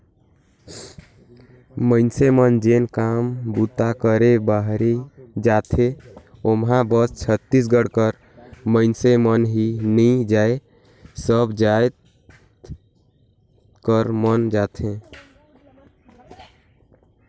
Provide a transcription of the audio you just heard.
मइनसे मन जेन काम बूता करे बाहिरे जाथें ओम्हां बस छत्तीसगढ़ कर मइनसे मन ही नी जाएं सब राएज कर मन जाथें